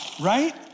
Right